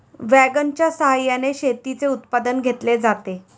वॅगनच्या सहाय्याने शेतीचे उत्पादन घेतले जाते